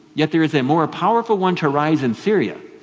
yet there is a more powerful one to rise in syria,